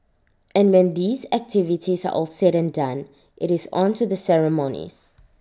and when these activities are all said and done IT is on to the ceremonies